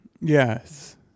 yes